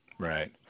Right